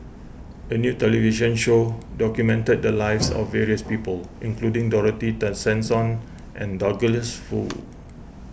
a new television show documented the lives of various people including Dorothy Tessensohn and Douglas Foo